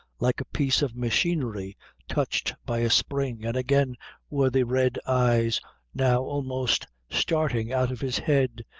like a piece of machinery touched by a spring, and again were the red eyes now almost starting out of his head,